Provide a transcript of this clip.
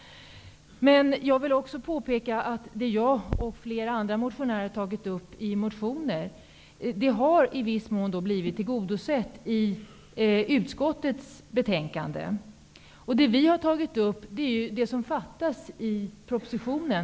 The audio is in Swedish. Men jag vill också påpeka att det som jag och flera andra har tagit upp i motioner har i viss mån blivit tillgodosett i utskottets betänkande. Det vi har tagit upp är det som fattas i propositionen.